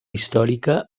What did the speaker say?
històrica